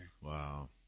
Wow